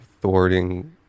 thwarting